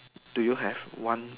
do you have one